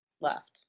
left